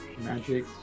magic